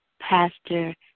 Pastor